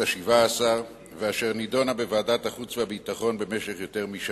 השבע-עשרה ואשר נדונה בוועדת החוץ והביטחון במשך יותר משנה.